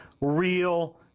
real